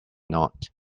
not